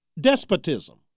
despotism